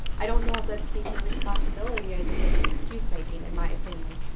i don't know if that's taking a responsibility, i think it's excuse-making, in my opinion.